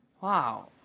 Wow